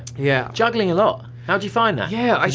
yeah juggling a lot. how do you find that? yeah,